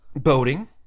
Boating